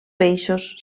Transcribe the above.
peixos